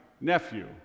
nephew